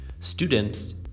Students